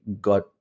got